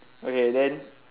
okay then